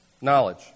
Knowledge